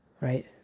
right